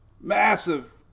massive